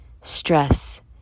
Stress